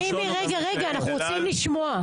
לא, הראשון --- רגע, רגע, אנחנו רוצים לשמוע.